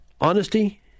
Honesty